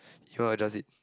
you are just it